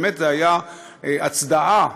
באמת זו הייתה הצדעה